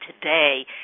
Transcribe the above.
today